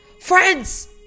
Friends